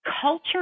culture